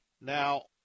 Now